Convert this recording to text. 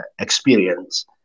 experience